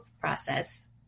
process